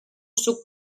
suc